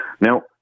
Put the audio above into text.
Now